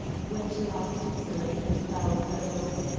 brett laughed easily, and bowed low.